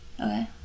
Okay